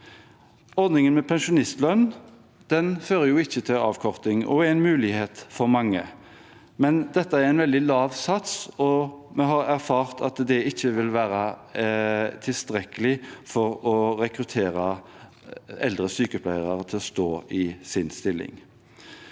Ordningen med pensjonistlønn fører ikke til avkorting og er en mulighet for mange, men dette er en veldig lav sats, og vi har erfart at det ikke vil være tilstrekkelig for å rekruttere eldre sykepleiere til å stå i sin stilling.